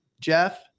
jeff